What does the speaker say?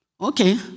Okay